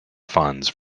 funds